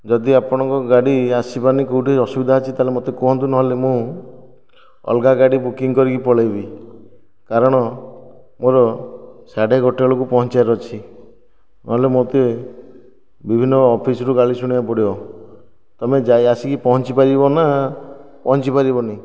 ଯଦି ଆପଣଙ୍କ ଗାଡ଼ି ଆସିବାନି କେଉଁଠି ଅସୁବିଧା ଅଛି ତା'ହେଲେ ମୋତେ କୁହନ୍ତୁ ନ ହେଲେ ମୁଁ ଅଲଗା ଗାଡ଼ି ବୁକିଙ୍ଗ କରିକି ପଳାଇବି କାରଣ ମୋର ସାଢ଼େ ଗୋଟାଏ ବେଳକୁ ପହଞ୍ଚିବାର ଅଛି ନହେଲେ ମୋତେ ବିଭିନ୍ନ ଅଫିସରୁ ଗାଳି ଶୁଣିବାକୁ ପଡ଼ିବ ତୁମେ ଆସିକି ଯାଇ ପହଞ୍ଚିପାରିବ ନା ପହଞ୍ଚିପାରିବନି